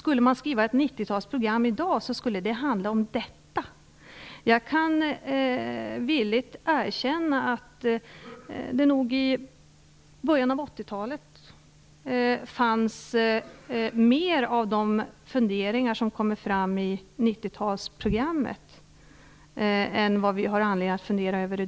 Om ett 90 talsprogram skrevs i dag skulle det handla om detta. Jag kan villigt erkänna att det nog i början av 80 talet fanns mer av de funderingar som kommer fram i 90-talsprogrammet än vi i dag har anledning att fundera över.